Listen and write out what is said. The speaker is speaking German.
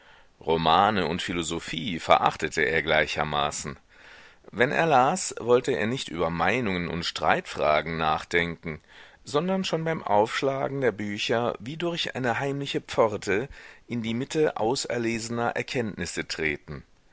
romane und philosophie verachtete er gleichermaßen wenn er las wollte er nicht über meinungen und streitfragen nachdenken sondern schon beim aufschlagen der bücher wie durch eine heimliche pforte in die mitte auserlesener erkenntnisse treten